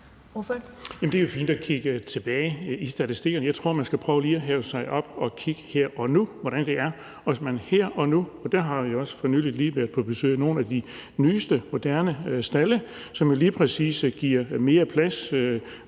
Det er jo fint at kigge tilbage i statistikkerne. Jeg tror, man skal prøve lige at hæve sig op og se, hvordan det er her og nu. Vi har f.eks. for nylig været på besøg i nogle af de nyeste moderne stalde, som lige præcis giver mere plads.